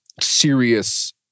serious